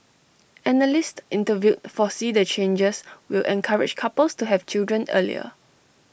analysts interviewed foresee the changes will encourage couples to have children earlier